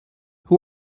who